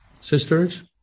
sisters